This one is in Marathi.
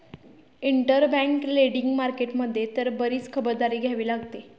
इंटरबँक लेंडिंग मार्केट मध्ये तर बरीच खबरदारी घ्यावी लागते